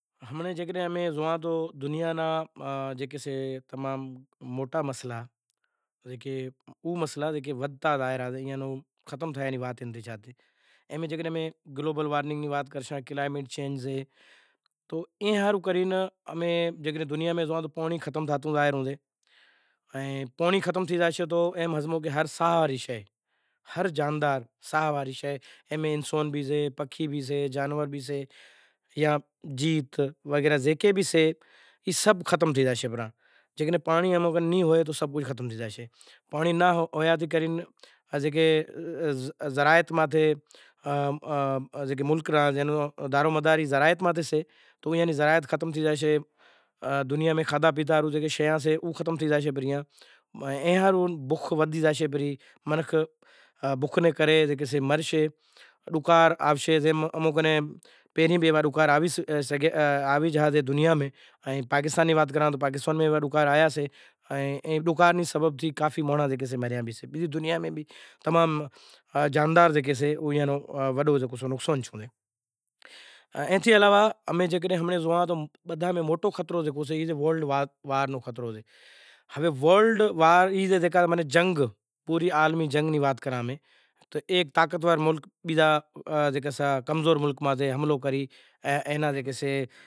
دنیا ناں جیکے سے تمام موٹا مسئلا او مسئلا جکے ودھتا زائیں ریا ختم تھینڑ نی وات ئی نتھی، امیں جے گلوبل وارمننگ نی وات کرشاں کلائیمونٹ چینج سے تو ایئاں ہاروں کرے جے امیں دنیا میں زوئاں پانڑی ختم تھاتو زائے ریو سے، پانڑی ختم تھے زائے ریو تو ایم ہمزو کہ ہر جاندار ساہ واری شے جے میں انسان بھی سے پکھے بھی سے جانور بھی سے یا جیت وغیرہ جیکے بھی سے ای سب ختم تھے زاشیں۔ جیکڈینہں پانڑی ناں ہوئے تو ای سب ختم تھے زاشیں جیکے زراعت ماتھے ملک ریا جے نو دارومدار ئی زرائت ماتھے سے تو ای ملک بھی ختم تھے زاشین، دنیا میں جیکا کھادھا پیتا نوں شیوں سے او بھی ختم تھے زاشیں اینا ہاروں بکھ ودھی زاشے پرہی منکھ بوکھ رے کرے مرشیں۔ ڈکار آوشیں ایوا بھی ڈکار آوی زاشیں، پاکستان نی وات کراں تو پاکستان میں بھی ایوا ڈکار آیا سے ڈکار نی سبب تھی کافی مانڑو مریا شے۔ ایں تھے علاوہ امیں زوئاں موٹو خطرو جو سے ای ورلڈ وار نو خطرو سے، ورلڈ وار ماناں عالمی جنگ نی وات کراں تو ایک طاقتورملک بیزاں کمزور ملک ماتھے حملو کری